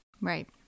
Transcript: right